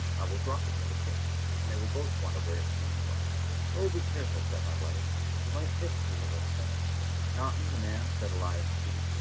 i will drop it near the kitten, and they will both wonder where it came from oh, be careful said my wife you might hit the dear little thing not me, ma'am said elias p.